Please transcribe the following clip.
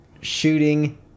shooting